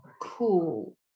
cool